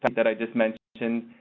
that i just mentioned.